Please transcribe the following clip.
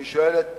אני שואל את